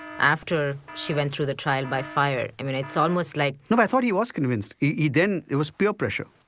after she went through the trial by fire i mean it's almost like no but i thought he was convinced. he then, it was peer pressure,